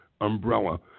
umbrella